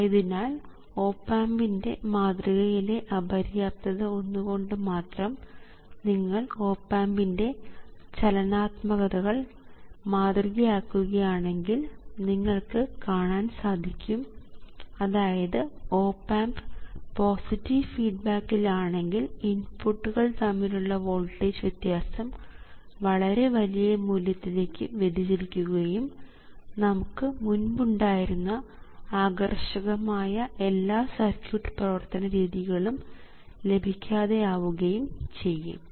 ആയതിനാൽ ഓപ് ആമ്പിൻറെ മാതൃകയിലെ അപര്യാപ്തത ഒന്നുകൊണ്ട് മാത്രം നിങ്ങൾ ഓപ് ആമ്പിൻറെ ചലനാത്മകതകൾ മാതൃകയാക്കുകയാണെങ്കിൽ നിങ്ങൾക്ക് കാണാൻ സാധിക്കും അതായത് ഓപ് ആമ്പ് പോസിറ്റീവ് ഫീഡ്ബാക്കിൽ ആണെങ്കിൽ ഇൻപുട്ടുകൾ തമ്മിലുള്ള വോൾട്ടേജ് വ്യത്യാസം വളരെ വലിയ മൂല്യത്തിലേക്ക് വ്യതിചലിക്കുകയും നമുക്ക് മുൻപ് ഉണ്ടായിരുന്ന ആകർഷകമായ എല്ലാ സർക്യൂട്ട് പ്രവർത്തനരീതികളും ലഭിക്കാതെ ആവുകയും ചെയ്യും